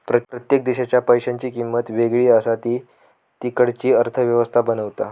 प्रत्येक देशाच्या पैशांची किंमत वेगळी असा ती तिकडची अर्थ व्यवस्था बनवता